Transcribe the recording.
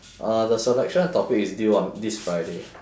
uh the selection topic is due on this friday